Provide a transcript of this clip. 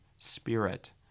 spirit